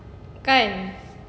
kan